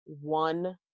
one